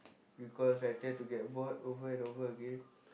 because I tend to get bored over and over again